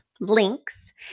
links